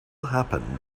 happened